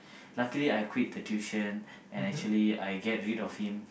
luckily I quit the tuition and actually I get rid of him